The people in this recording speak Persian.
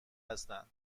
هستن